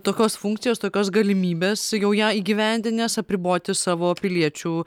tokios funkcijos tokios galimybės jau ją įgyvendinęs apriboti savo piliečių